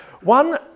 One